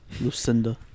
Lucinda